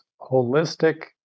holistic